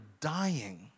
dying